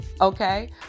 Okay